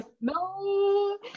no